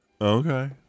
okay